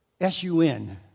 S-U-N